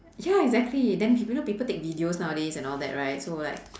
ya exactly then people you know people take videos nowadays and all that right so like